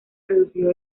reducido